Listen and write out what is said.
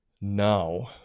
now